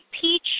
peach